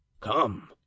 come